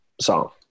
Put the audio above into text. song